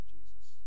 Jesus